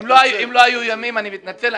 אל"ף, אם לא היו איומים, אני מתנצל.